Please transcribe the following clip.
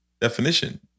definition